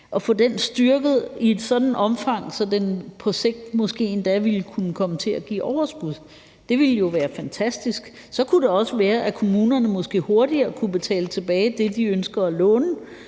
at få den styrket i et sådant omfang, at den på sigt måske endda ville kunne komme til at give overskud. Det ville jo være fantastisk. Så kunne det også være, at kommunerne måske hurtigere kunne betale det tilbage, de ønsker at låne.